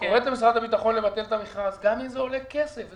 היא קוראת למשרד הביטחון לבטל את המכרז וגם אם זה עולה כסף.